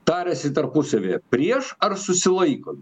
tariasi tarpusavyje prieš ar susilaikome